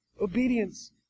obedience